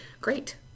great